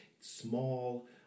Small